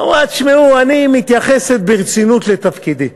ואמרה: תשמעו, אני מתייחסת ברצינות לתפקידי,